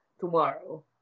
tomorrow